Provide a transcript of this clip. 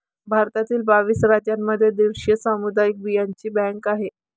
भारतातील बावीस राज्यांमध्ये दीडशे सामुदायिक बियांचे बँका आहेत